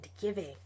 giving